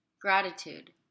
Gratitude